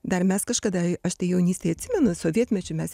dar mes kažkada aš tai jaunystėj atsimenu sovietmečiu mes